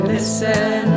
Listen